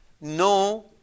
no